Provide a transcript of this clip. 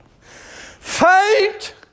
Fight